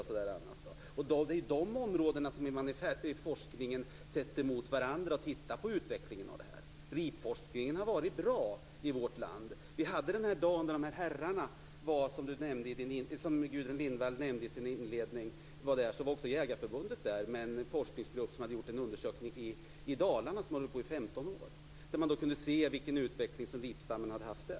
Det är dessa områden som man i forskningen sätter mot varandra när man tittar på den här utvecklingen. Ripforskningen har varit bra i vårt land. Den dag som de herrar, som Gudrun Lindvall nämnde i sin inledning, var på plats var också Jägareförbundet där med en forskningsgrupp som hade gjort en undersökning i Dalarna - den hade hållit på i 15 år. Man kunde se vilken utveckling ripstammen hade haft där.